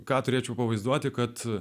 ką turėčiau pavaizduoti kad